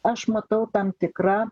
aš matau tam tikrą